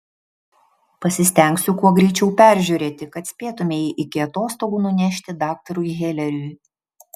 pasistengsiu kuo greičiau peržiūrėti kad spėtumei iki atostogų nunešti daktarui heleriui